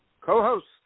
co-host